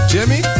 Jimmy